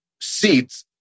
seats